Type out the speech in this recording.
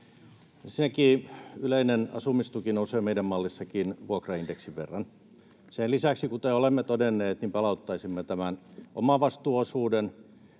Sekin yleinen asumistuki nousee meidän mallissammekin vuokraindeksin verran. Sen lisäksi, kuten olemme todenneet, palauttaisimme tämän omavastuuosuuden